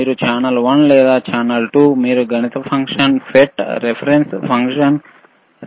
మీరు ఛానెల్ 1 లేదా ఛానల్ 2 మీరు గణిత function FFT reference function reference A reference B కి మార్చుకోవచ్చు